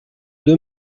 deux